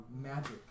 magic